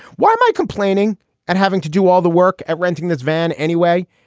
why am i complaining and having to do all the work at renting this van anyway?